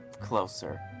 closer